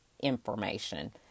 information